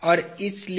और इसलिए